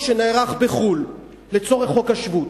שנערך בחוץ-לארץ לצורך חוק השבות.